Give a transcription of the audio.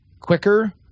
quicker